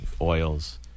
oils